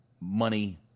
money